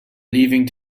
leaving